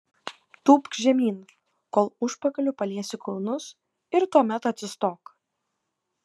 tūpk žemyn kol užpakaliu paliesi kulnus ir tuomet atsistok